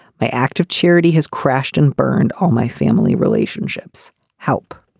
my act of charity has crashed and burned all my family relationships. help!